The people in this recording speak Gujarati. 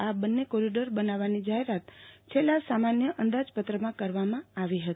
આ બંને કોરીડોર બનાવવાની જાહેરાત છેલ્લા સામાન્ય અંદાજપત્રમાં કરવામાં આવી હતી